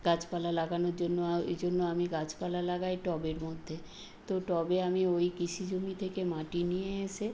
গাছপালা লাগানোর জন্য ওই জন্য আমি গাছপালা লাগাই টবের মধ্যে তো টবে আমি ওই কিষি জমি থেকে মাটি নিয়ে এসে